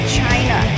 china